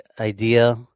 idea